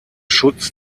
schutz